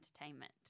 entertainment